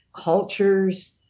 cultures